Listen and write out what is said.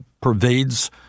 pervades